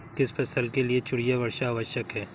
किस फसल के लिए चिड़िया वर्षा आवश्यक है?